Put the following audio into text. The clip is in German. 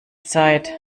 zeit